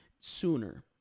sooner